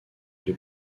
les